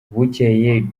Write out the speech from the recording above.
bucyeye